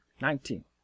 Nineteen